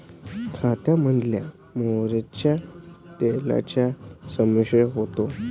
खाद्यतेलामध्ये मोहरीच्या तेलाचा समावेश होतो